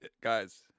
Guys